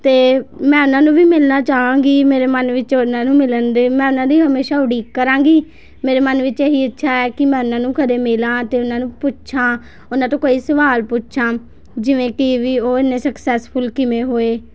ਅਤੇ ਮੈਂ ਓਹਨਾਂ ਨੂੰ ਵੀ ਮਿਲਣਾ ਚਾਹਾਂਗੀ ਮੇਰੇ ਮਨ ਵਿੱਚ ਓਹਨਾਂ ਨੂੰ ਮਿਲਣ ਦੇ ਮੈਂ ਓਹਨਾਂ ਦੀ ਹਮੇਸ਼ਾਂ ਉਡੀਕ ਕਰਾਂਗੀ ਮੇਰੇ ਮਨ ਵਿੱਚ ਇਹੀ ਇੱਛਾ ਹੈ ਕਿ ਮੈਂ ਓਹਨਾਂ ਨੂੰ ਕਦੇ ਮਿਲਾਂ ਅਤੇ ਓਹਨਾਂ ਨੂੰ ਪੁੱਛਾਂ ਓਹਨਾਂ ਤੋਂ ਕਈ ਸਵਾਲ ਪੁੱਛਾਂ ਜਿਵੇਂ ਕਿ ਵੀ ਉਹ ਇੰਨੇ ਸਕਸੈੱਸਫੁੱਲ ਕਿਵੇਂ ਹੋਏ